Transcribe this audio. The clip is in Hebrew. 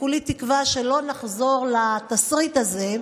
וכולי תקווה שלא נחזור לתסריט הזה,